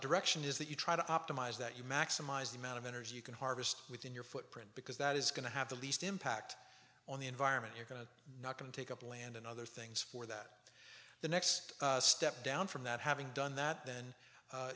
direction is that you try to optimize that you maximize the amount of energy you can harvest within your print because that is going to have the least impact on the environment you're going to not going to take up land and other things for that the next step down from that having done that then